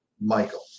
Michael